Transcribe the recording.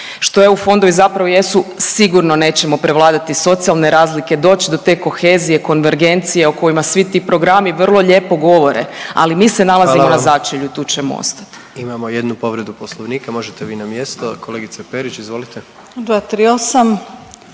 što EU fondovi zapravo jesu, sigurno nećemo prevladati socijalne razlike, doći do te kohezije, konvergencije, o kojima svi ti programi vrlo lijepo govore, ali mi se nalazimo na začelju i tu ćemo ostati. **Jandroković, Gordan (HDZ)** Hvala vam. Imamo jednu povredu Poslovnika. Možete vi na mjesto, kolegica Perić, izvolite. **Perić,